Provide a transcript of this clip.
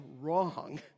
wrong